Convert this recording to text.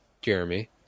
Jeremy